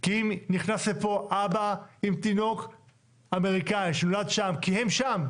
כי אם נכנס לפה אבא עם תינוק אמריקאי שנולד שם כי הם שם,